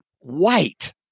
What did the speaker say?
white